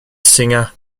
singer